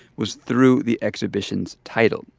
was through the exhibition's title.